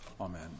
Amen